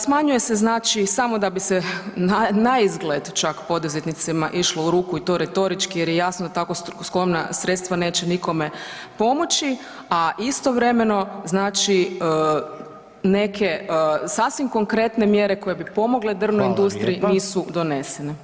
Smanjuje se znači samo da bi se naizgled čak poduzetnicima išlo u ruku i to retorički jer je jasno da tako skromna sredstva neće nikome pomoći, a istovremeno znači neke sasvim konkretne mjere koje bi pomogle drvnoj industriji nisu donesene.